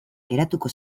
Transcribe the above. geratuko